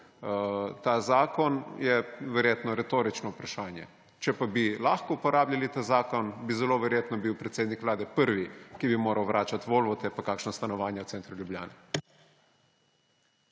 ta zakon, je verjetno retorično vprašanje. Če pa bi lahko uporabljali ta zakon, bi zelo verjetno bil predsednik Vlade prvi, ki bi moral vračati volve pa kakšna stanovanja v centru Ljubljane.